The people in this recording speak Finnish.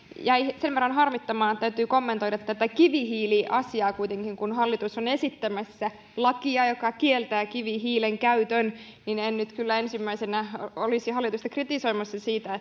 jäi sen verran harmittamaan että täytyy kommentoida tätä kivihiiliasiaa kuitenkin kun hallitus on esittämässä lakia joka kieltää kivihiilen käytön niin en en nyt kyllä ensimmäisenä olisi hallitusta kritisoimassa siitä